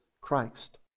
Christ